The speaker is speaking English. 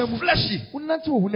fleshy